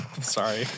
Sorry